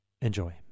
enjoy